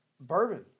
bourbon